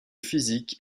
physique